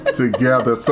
together